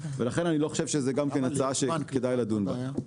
לכן אני לא חושב שזו הצעה שכדאי לדון בה.